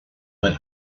went